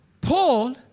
Paul